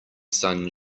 sun